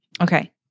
Okay